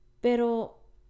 Pero